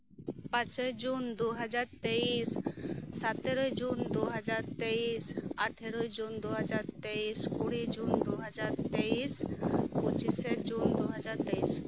ᱯᱟᱸᱪᱚᱭ ᱡᱩᱱ ᱫᱩᱦᱟᱡᱟᱨ ᱛᱮᱭᱤᱥ ᱥᱟᱛᱮᱨᱚᱭ ᱡᱩᱱ ᱫᱩᱦᱟᱡᱟᱨ ᱛᱮᱭᱤᱥ ᱟᱴᱷᱮᱨᱚᱭ ᱡᱩᱱ ᱫᱩᱦᱟᱡᱟᱨ ᱛᱮᱭᱤᱥ ᱠᱩᱲᱤ ᱡᱩᱱ ᱫᱩᱦᱟᱡᱟᱨ ᱛᱮᱭᱤᱥ ᱯᱩᱪᱤᱥᱮ ᱡᱩᱱ ᱫᱩᱦᱟᱡᱟᱨ ᱛᱮᱭᱤᱥ